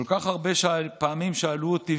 כל כך הרבה פעמים שאלו אותי,